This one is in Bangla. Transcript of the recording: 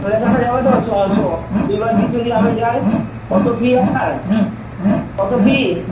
নাম লেখানো যাবে তো শনিবার দিন যদি আমি যাই কত ফি আপনার কত ফি